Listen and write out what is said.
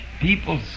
People